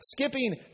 skipping